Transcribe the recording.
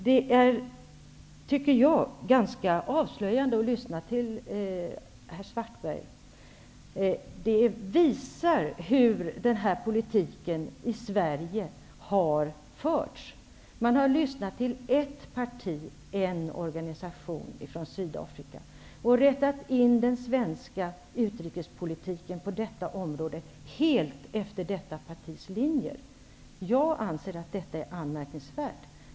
Det är ganska avslöjande att lyssna till herr Svartberg. Det visar hur den här politiken har förts i Sverige. Man har lyssnat till ett parti, en organisation, från Sydafrika och rättat in den svenska utrikespolitiken på detta område helt efter detta partis linjer. Jag anser att det är anmärkningsvärt.